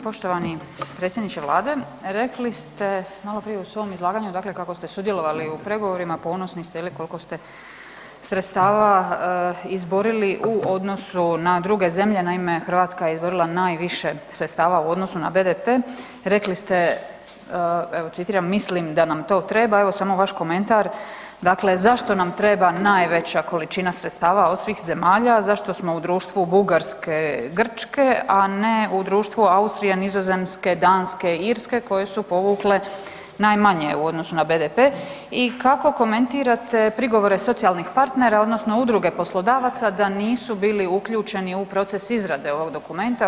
Poštovani predsjedniče Vlade, rekli ste maloprije u svom izlaganju, dakle kako ste sudjelovali u pregovorima, ponosni ste je li koliko ste sredstava izborili u odnosu na druge zemlje, naime Hrvatska je izborila najviše sredstava u odnosu na BDP, rekli ste, evo citiram „Mislim da nam to treba“, evo samo vaš komentar dakle, zašto nam treba najveća količina sredstava od svih zemalja, zašto smo u društvu Bugarske, Grčke, a ne u društvu Austrije, Nizozemske, Danske, Irske koje su povukle najmanje u odnosu na BDP i kako komentirate prigovore socijalnih partnera odnosno udruge poslodavaca da nisu bili uključeni u proces izrade ovog dokumenta?